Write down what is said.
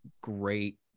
great –